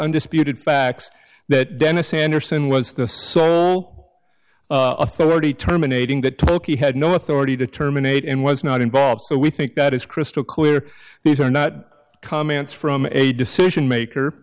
undisputed facts that dennis anderson was the authority terminating that tookie had no authority to terminate in was not involved so we think that is crystal clear these are not comments from a decision maker